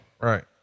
Right